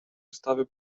wystawy